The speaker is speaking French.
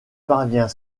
parvient